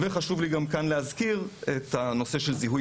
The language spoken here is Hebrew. חשוב לי גם כאן להזכיר את נושא זיהוי